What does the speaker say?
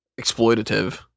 exploitative